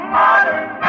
modern